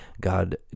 God